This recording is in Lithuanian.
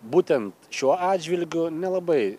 būtent šiuo atžvilgiu nelabai